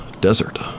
desert